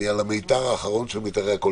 הרוויזיה לא אושרה.